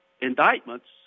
indictments